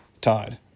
Todd